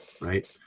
right